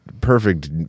perfect